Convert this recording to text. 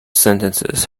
sentences